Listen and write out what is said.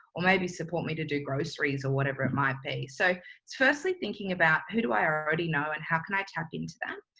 or maybe support me to do groceries or whatever it might be. so firstly, thinking about who do i already know, and how can i tap into them.